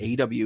AW